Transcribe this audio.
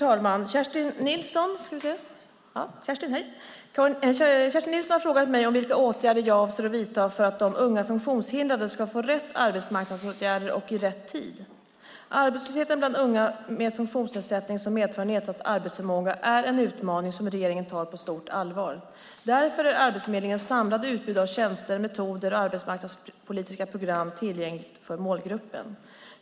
Fru talman! Kerstin Nilsson har frågat mig om vilka åtgärder jag avser att vidta för att unga funktionshindrade ska få rätt arbetsmarknadsåtgärder och i rätt tid. Arbetslösheten bland unga med funktionsnedsättning som medför nedsatt arbetsförmåga är en utmaning som regeringen tar på stort allvar. Därför är Arbetsförmedlingens samlade utbud av tjänster, metoder och arbetsmarknadspolitiska program tillgängligt för målgruppen.